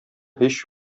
һич